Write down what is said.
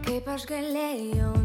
kaip aš galėjau